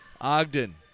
Ogden